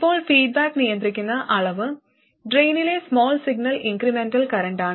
ഇപ്പോൾ ഫീഡ്ബാക്ക് നിയന്ത്രിക്കുന്ന അളവ് ഡ്രെയിനിലെ സ്മാൾ സിഗ്നൽ ഇൻക്രിമെന്റൽ കറന്റാണ്